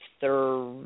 third